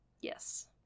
Yes